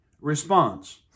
response